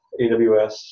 AWS